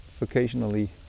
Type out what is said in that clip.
occasionally